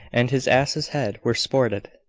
and his ass's head, were sported.